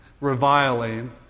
reviling